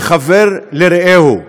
כחבר לרעהו,